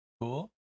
Cool